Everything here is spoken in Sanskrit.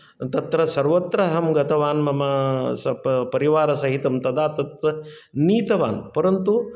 तत्र सर्वत्र अहं गतवान् मम सप् परिवारं तदा तत् नीतवान् परन्तु